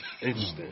Interesting